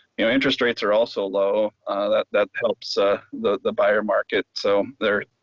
you know interest rates are also low that that helps ah the the buyer market so they're